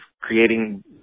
creating